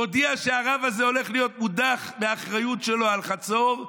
מודיע שהרב הזה הולך להיות מודח מהאחריות שלו על חצור.